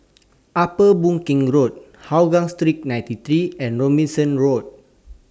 Upper Boon Keng Road Hougang Street ninety three and Robinson Road